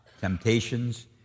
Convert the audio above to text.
Temptations